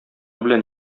белән